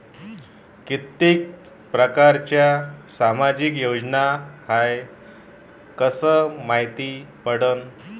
कितीक परकारच्या सामाजिक योजना हाय कस मायती पडन?